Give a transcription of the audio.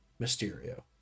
mysterio